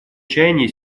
чаяния